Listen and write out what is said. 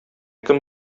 кем